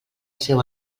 seu